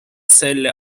selle